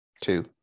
two